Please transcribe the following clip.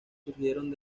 surgieron